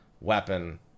weapon